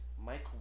Mike